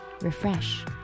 refresh